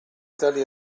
tali